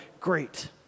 Great